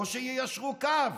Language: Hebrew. או שיישרו קו.